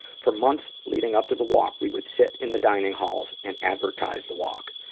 for months leading up to the walk, we would sit in the dining halls and advertise the walk.